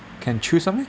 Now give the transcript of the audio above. can choose one meh